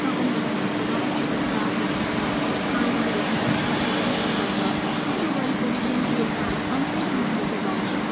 सकम्बरीमा जस्तो रहस्य जस्तो आकर्षण छ मानव विरोधी तत्त्व छ दृष्टता छ उसकै वरिपरी रिङ्गिएका हामी अन्तैसम्म पुगेका हुन्छौँ